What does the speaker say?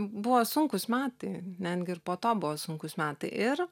buvo sunkūs metai netgi ir po to buvo sunkūs metai ir